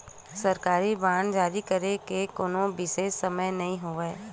सरकारी बांड जारी करे के कोनो बिसेस समय नइ होवय